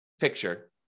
picture